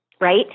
right